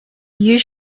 you